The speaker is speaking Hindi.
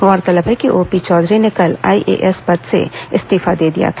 गौरतलब है कि ओपी चौधरी ने कल आईएएस पद से इस्तीफा दे दिया था